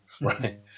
right